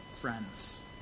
friends